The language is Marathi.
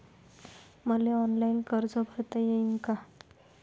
मले ऑनलाईन कर्ज भरता येईन का?